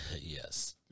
Yes